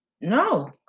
No